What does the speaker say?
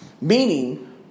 Meaning